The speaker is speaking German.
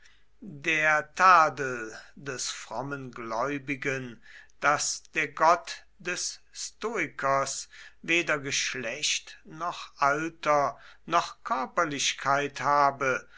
der tadel des frommen gläubigen daß der gott des stoikers weder geschlecht noch alter noch körperlichkeit habe